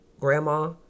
grandma